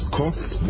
costs